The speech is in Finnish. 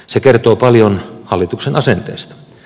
se kertoo paljon hallituksen asenteesta